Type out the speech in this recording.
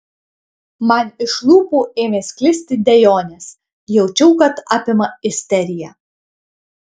man iš lūpų ėmė sklisti dejonės jaučiau kad apima isterija